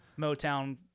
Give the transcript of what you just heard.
motown